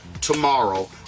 tomorrow